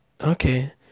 Okay